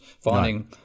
Finding